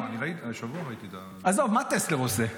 השבוע ראיתי --- עזוב, מה טסלר עושה?